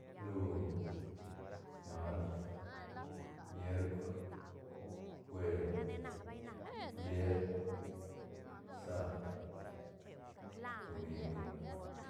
Luñ mart mierk jueb vier saab domingu.